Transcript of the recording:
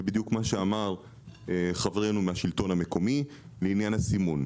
בדיוק מה שאמר חברנו מהשלטון לעניין הסימון.